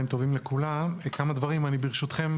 ברשותכם,